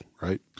Right